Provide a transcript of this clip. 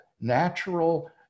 natural